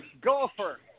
golfer